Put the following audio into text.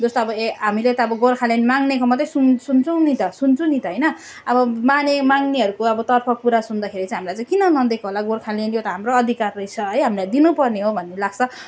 जस्तो अब ए हामीले त अब गोर्खाल्यान्ड माग्नेको मात्रै सुन सुन्छौँ नि त सुन्छौँ नि त होइन अब माने माग्नेहरूको अब तर्फको कुरा सुन्दाखेरि चाहिँ हामीलाई चाहिँ किन नदिएको होला गोर्खाल्यान्ड यो त हाम्रो अधिकार रहेछ है हामीलाई दिनु पर्ने हो भन्ने लाग्छ